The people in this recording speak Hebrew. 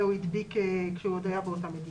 שהוא הדביק כאשר הוא עוד היה באותה מדינה.